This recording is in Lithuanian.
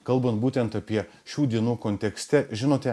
kalbant būtent apie šių dienų kontekste žinote